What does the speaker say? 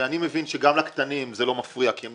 ואני מבין שגם לקטנים זה לא מפריע כי הם